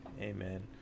amen